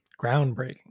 groundbreaking